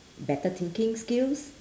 better thinking skills